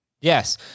Yes